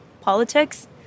politics